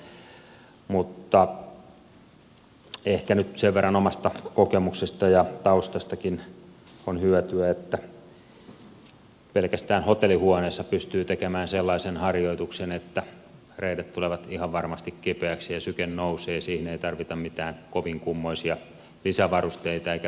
mutta ehkä nyt sen verran omasta kokemuksesta ja taustastakin on hyötyä että pelkästään hotellihuoneissa pystyy tekemään sellaisen harjoituksen että reidet tulevat ihan varmasti kipeiksi ja syke nousee siihen ei tarvita mitään kovin kummoisia lisävarusteita eikä vehkeitä